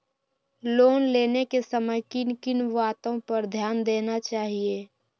Loan लेने के समय किन किन वातो पर ध्यान देना चाहिए?